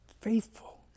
faithful